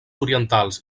orientals